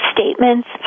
statements